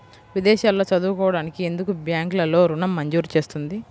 విదేశాల్లో చదువుకోవడానికి ఎందుకు బ్యాంక్లలో ఋణం మంజూరు చేస్తుంది?